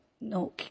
no